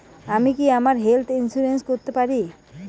আমি কি আমার হেলথ ইন্সুরেন্স করতে পারি?